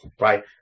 right